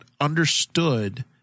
understood